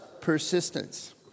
persistence